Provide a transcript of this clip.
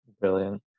Brilliant